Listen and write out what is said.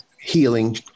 healing